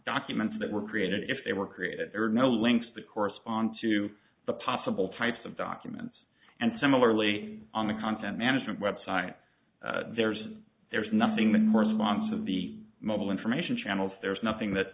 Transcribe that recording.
documents that were created if they were created there are no links to correspond to the possible types of documents and similarly on the content management website there's there's nothing more than once of the mobile information channels there's nothing that